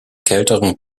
kälteren